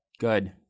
Good